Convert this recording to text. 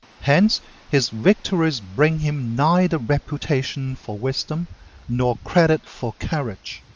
hence his victories bring him neither reputation for wisdom nor credit for courage.